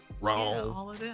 Wrong